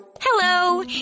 hello